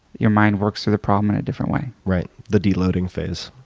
your mind works through the problem in a different way. right, the de-loading phase.